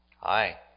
Hi